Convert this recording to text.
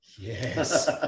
Yes